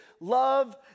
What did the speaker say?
love